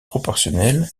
proportionnel